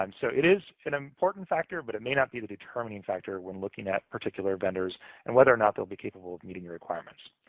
um so it is an important factor, but it may not be a determining factor when looking at particular vendors and whether or not he'll be capable of meeting your requirements.